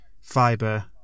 fiber